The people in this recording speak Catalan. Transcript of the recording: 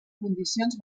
condicions